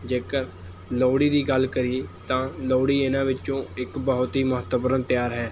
ਜੇਕਰ ਲੋਹੜੀ ਦੀ ਗੱਲ ਕਰੀਏ ਤਾਂ ਲੋਹੜੀ ਇਹਨਾਂ ਵਿੱਚੋਂ ਇੱਕ ਬਹੁਤ ਹੀ ਮਹੱਤਵਪੂਰਨ ਤਿਉਹਾਰ ਹੈ